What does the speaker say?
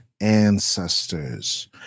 ancestors